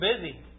busy